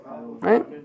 right